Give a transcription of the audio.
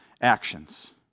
actions